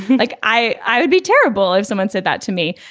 like i i would be terrible if someone said that to me.